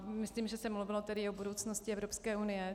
Myslím, že se mluvilo tedy o budoucnosti Evropské unie.